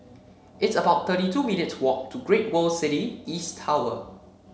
it's about thirty two minutes' walk to Great World City East Tower